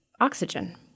oxygen